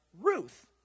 Ruth